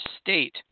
state